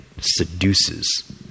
seduces